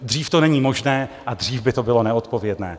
Dřív to není možné a dřív by to bylo neodpovědné.